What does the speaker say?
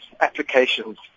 applications